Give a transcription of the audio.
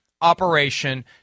operation